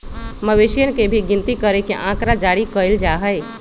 मवेशियन के भी गिनती करके आँकड़ा जारी कइल जा हई